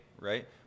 right